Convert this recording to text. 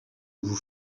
vous